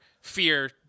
fear